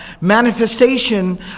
manifestation